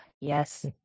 Yes